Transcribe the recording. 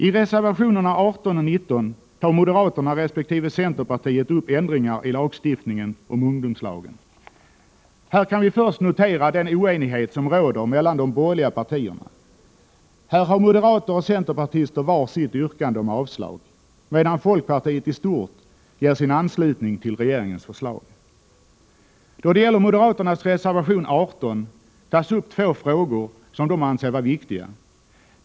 I reservationerna 18 och 19 tar moderaterna resp. centerpartiet upp ändringar i lagstiftningen om ungdomslagen. Man kan först notera den oenighet som råder mellan de borgerliga partierna. Här har moderater och centerpartister var sitt yrkande om avslag, medan folkpartiet i stort ger sin anslutning till regeringens förslag. I moderaternas reservation 18 tas upp två frågor som de anser vara viktiga.